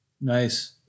Nice